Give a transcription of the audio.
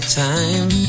time